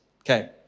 Okay